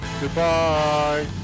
Goodbye